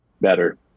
better